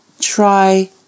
try